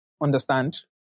understand